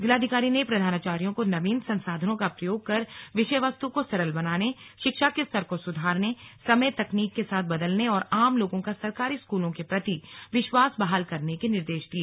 जिलाधिकारी ने प्रधानाचार्यों को नवीन संसाधनों का प्रयोग कर विषयवस्तु को सरल बनाने शिक्षा के स्तर को सुधारने समय तकनीक के साथ बदलने और आम लोगों का सरकारी स्कूलों के प्रति विश्वास बहाल करने के निर्देश दिए